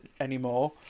anymore